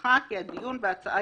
יוזמתך כי הדיון בהצעה